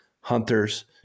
hunters